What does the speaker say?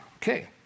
Okay